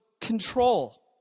control